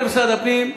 אומר משרד הפנים,